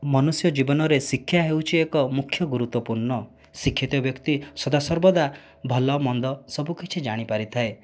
ମନୁଷ୍ୟ ଜୀବନରେ ଶିକ୍ଷା ହେଉଛି ଏକ ମୁଖ୍ୟ ଗୁରୁତ୍ୱପୂର୍ଣ୍ଣ ଶିକ୍ଷିତ ବ୍ୟକ୍ତି ସଦାସର୍ବଦା ଭଲ ମନ୍ଦ ସବୁ କିଛି ଜାଣିପାରିଥାଏ